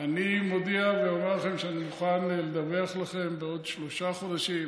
אני מודיע ואומר לכם שאני מוכן לדווח לכם בעוד שלושה חודשים,